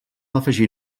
afegir